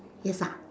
yes ah